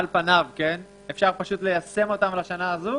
על פניו אפשר פשוט ליישם אותם לשנה הזאת?